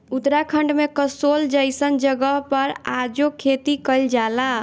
उत्तराखंड में कसोल जइसन जगह पर आजो खेती कइल जाला